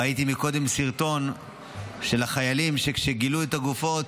ראיתי קודם סרטון של החיילים שכשהם גילו את הגופות,